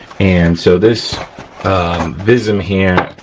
and so this vism here,